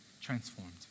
transformed